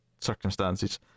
circumstances